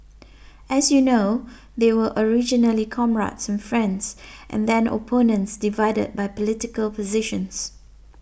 as you know they were originally comrades and friends and then opponents divided by political positions